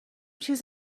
چیز